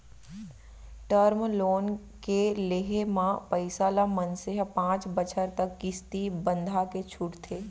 term loan के लेहे म पइसा ल मनसे ह पांच बछर तक किस्ती बंधाके छूटथे